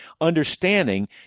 Understanding